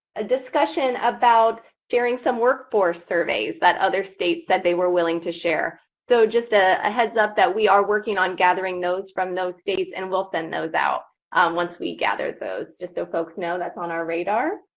ah discussion about sharing some workforce surveys that other states said they were willing to share so just a heads-up that we are working on gathering those from those states, and we'll send those out once we gather those, just so folks know that's on our radar.